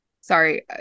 sorry